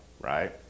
right